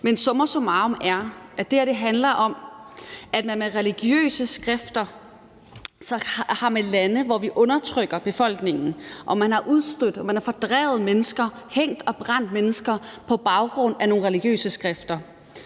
Men summa summarum handler det her om, at man i forhold til religiøse skrifter har lande, hvor man undertrykker befolkningen, har udstødt og fordrevet mennesker og har hængt og brændt mennesker på baggrund af nogle religiøse skrifter.